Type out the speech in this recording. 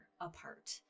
apart